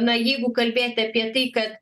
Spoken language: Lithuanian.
na jeigu kalbėt apie tai kad